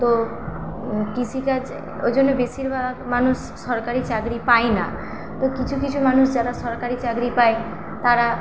তো কৃষিকাজ ওজন্য বেশিরভাগ মানুষ সরকারি চাকরি পায় না তো কিছু কিছু মানুষ যারা সরকারি চাকরি পায় তারা